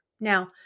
Now